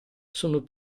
sono